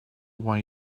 way